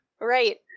Right